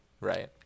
Right